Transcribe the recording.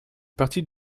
partie